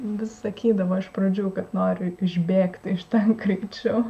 vis sakydavo iš pradžių kad nori išbėgti iš ten greičiau